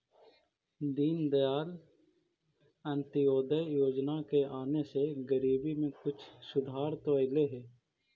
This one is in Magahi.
दीनदयाल अंत्योदय योजना के आने से गरीबी में कुछ सुधार तो अईलई हे